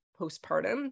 postpartum